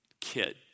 kid